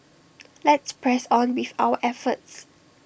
let's press on with our efforts